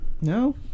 no